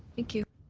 thank you.